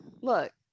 look